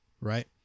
right